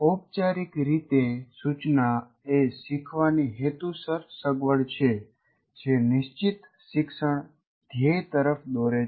ઔપચારીક રીતે સૂચના એ શીખવાની હેતુસર સગવડ છે જે નિશ્ચિત શિક્ષણ ધ્યેય તરફ દોરે છે